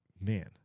man